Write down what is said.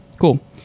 Cool